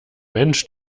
mensch